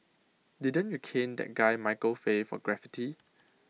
didn't you cane that guy Michael Fay for graffiti